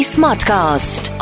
Smartcast